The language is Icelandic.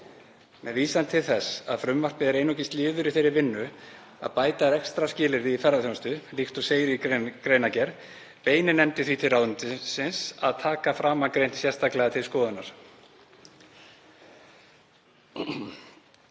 Með vísan til þess að frumvarpið er einungis liður í þeirri vinnu að bæta rekstrarskilyrði í ferðaþjónustu, líkt og segir í greinargerð, beinir nefndin því til ráðuneytisins að taka framangreint sérstaklega til skoðunar.